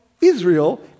Israel